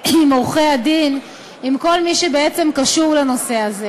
עם עורכי-הדין, עם כל מי שבעצם קשור לנושא הזה,